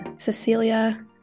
Cecilia